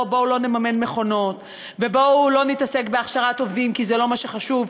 בואו לא נממן מכונות ובואו לא נתעסק בהכשרת עובדים כי זה לא מה שחשוב,